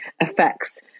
affects